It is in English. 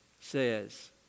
says